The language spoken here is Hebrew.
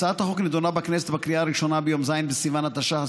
הצעת החוק נדונה בכנסת לקריאה הראשונה ביום ז' בסיוון התשע"ח,